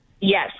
Yes